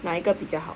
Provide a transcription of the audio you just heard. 哪一个比较好